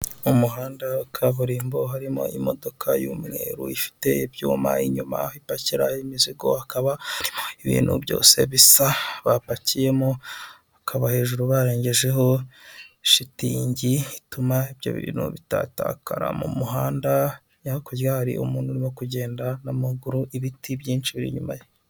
Mu muhanda wa kaburimbo harimo imodoka y'umweru, ifite ibyuma inyuma ipakira imizigo hakaba harimo ibintu byose bisa bapakiyemo, bakaba hejuru barengejeho shitingi ituma ibyo bintu bitatakara mu muhanda, hakurya hari umuntu urimo kugenda n'amaguru ibiti byinshi biri inyuma ye.